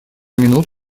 минут